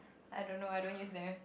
I don't know I don't use them